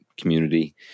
Community